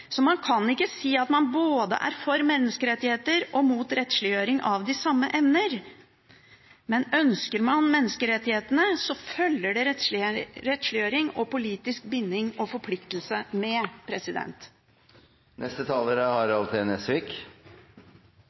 så langt disse rettighetene rekker – kan man ikke si at man både er for menneskerettigheter og imot rettsliggjøring av de samme emner. Ønsker man menneskerettighetene, følger det rettsliggjøring, politisk binding og forpliktelse med.